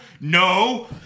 No